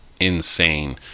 insane